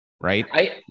Right